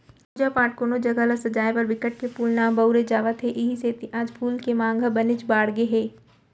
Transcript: पूजा पाठ, कोनो जघा ल सजाय बर बिकट के फूल ल बउरे जावत हे इहीं सेती आज फूल के मांग ह बनेच बाड़गे गे हे